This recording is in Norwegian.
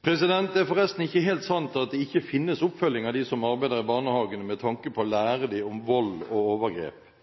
Det er forresten ikke helt sant at det ikke finnes oppfølging av dem som arbeider i barnehagene med tanke på å